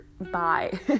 Bye